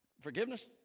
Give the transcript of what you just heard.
Forgiveness